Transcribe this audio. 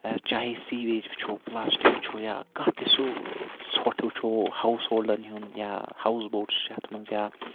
چاہے سیٖویج وٕچھو پلاسٹِک وٕچھو یا کانٛہہ تہِ سُہ ژھۄٹھ وٕچھو ہاوُس ہولڑَن ہُنٛد یا ہاوُس بوٹس چھِ اتھ مَنٛز یا